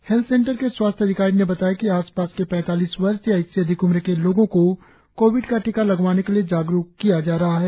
health centre के स्वास्थ्य अधिकारी ने बताया कि आसपास के पैतालीस वर्ष या इससे अधिक उम्र के लोगों को कोविड का टीका लगवाने के लिए जागरुक किया जा रहा है